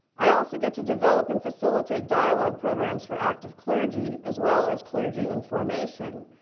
i also get to develop and facilitate dialogue programs for active clergy, as well as clergy in formation,